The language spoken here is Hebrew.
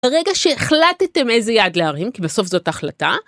ברגע שהחלטתם איזה יעד להרים, כי בסוף זאת החלטה.